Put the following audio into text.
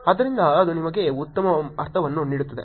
ಆದ್ದರಿಂದ ಅದು ನಿಮಗೆ ಉತ್ತಮ ಅರ್ಥವನ್ನು ನೀಡುತ್ತದೆ